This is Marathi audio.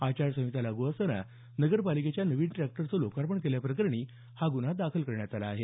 आचारसंहिता लागू असताना नगरपालिकेच्या नवीन टॅक्टरचं लोकार्पण केल्याप्रकरणी हा गुन्हा दाखल करण्यात आला आहे